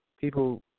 people